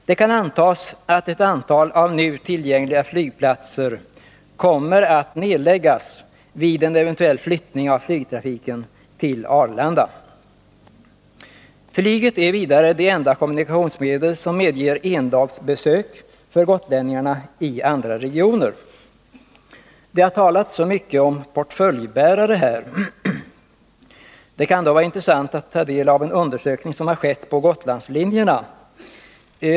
Det kan antas att ett antal av nu tillgängliga flygplatser kommer att läggas ned vid en eventuell flyttning av flygtrafiken till Arlanda. Vidare är flyget det enda kommunikationsmedel som medger endagsbesök för gotlänningarna i andra regioner. Det har talats så mycket om portföljbärare, och därför kan det vara intressant att ta del av en undersökning som gjorts i fråga om Gotlandslinjerna.